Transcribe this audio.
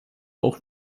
auch